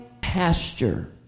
pasture